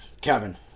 Kevin